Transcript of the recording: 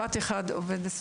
בבקשה, גברתי.